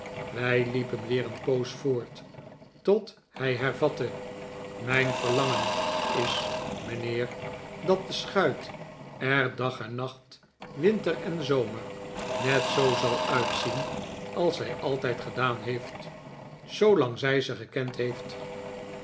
wij liepen weer een poos voort tot hij hervatte mijn verlangen is mijnheer dat de schuit er dag en nacht winter en zomer net zoo zal uitzien als zij altijd gedaan heeft zoolang zij ze gekend heeft